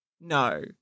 no